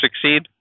succeed